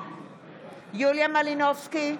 יוליה מלינובסקי,